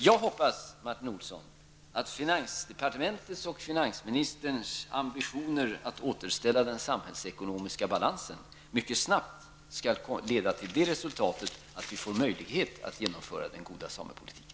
Jag hoppas, Martin Olsson, att finansdepartementets och finansministerns ambitioner att återställa den samhällsekonomiska balansen mycket snabbt skall leda till det resultatet att vi får möjlighet att genomföra den goda samepolitiken.